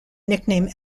nickname